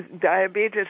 diabetes